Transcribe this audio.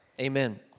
Amen